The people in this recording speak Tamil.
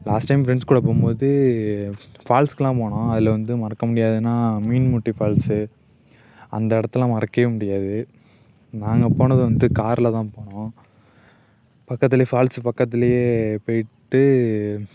லாஸ்ட் டைம் ஃப்ரெண்ட்ஸ் கூட போகும்போது ஃபால்ஸ்க்குலாம் போனோம் அதில் வந்து மறக்கமுடியாததுன்னா மீன் முட்டை ஃபால்ஸ் அந்த இடத்தெல்லாம் மறக்கவே முடியாது நாங்க போனது வந்து கார்லதான் போனோம் பக்கத்திலயே ஃபால்ஸ் பக்கத்திலயே போய்ட்டு